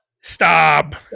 Stop